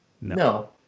No